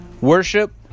worship